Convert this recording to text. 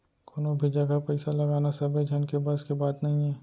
कोनो भी जघा पइसा लगाना सबे झन के बस के बात नइये